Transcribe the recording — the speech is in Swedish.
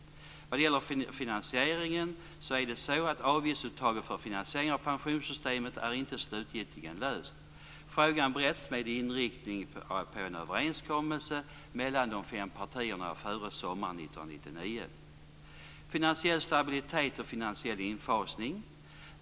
Vad gäller finansiering är frågan om avgiftsuttaget för finansiering av pensionssystemet inte slutligen löst. Frågan bereds med inriktning på en överenskommelse mellan de fem partierna före sommaren Det handlar också om finansiell stabilitet och finansiell infasning.